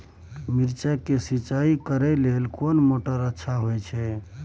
मिर्चाय के सिंचाई करे लेल कोन मोटर अच्छा होय छै?